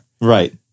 Right